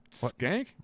skank